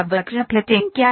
वक्र फिटिंग क्या है